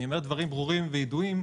אני אומר דברים ברורים וידועים,